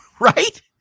Right